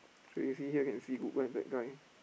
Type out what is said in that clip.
sure can see here can see good guy bad guy